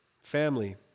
family